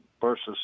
versus